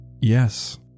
Yes